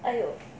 !aiyo!